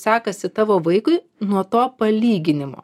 sekasi tavo vaikui nuo to palyginimo